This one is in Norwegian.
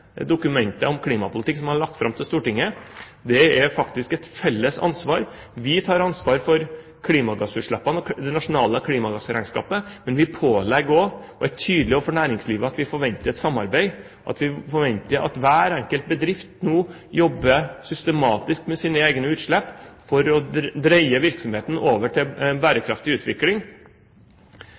om klimapolitikk som de har lagt fram for Stortinget. Det er faktisk et felles ansvar. Vi tar ansvar for klimagassutslippene og det nasjonale klimagassregnskapet, men vi er tydelige overfor næringslivet om at vi forventer et samarbeid, at vi forventer at hver enkelt bedrift nå jobber systematisk med sine egne utslipp for å dreie virksomheten over til en bærekraftig utvikling.